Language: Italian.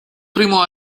primo